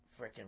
freaking